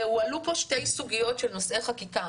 והועלו פה שתי סוגיות של נושאי חקיקה,